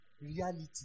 reality